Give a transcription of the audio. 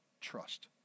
trust